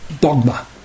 dogma